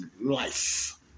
life